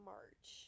March